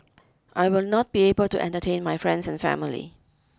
I will not be able to entertain my friends and family